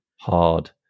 hard